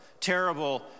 terrible